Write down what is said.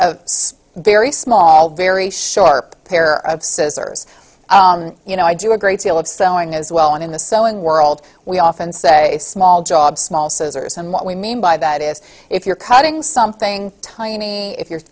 a very small very sharp pair of scissors you know i do a great deal of sewing as well and in the sewing world we often say small jobs small scissors and what we mean by that is if you're cutting something tiny if you're